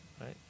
Right